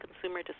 consumer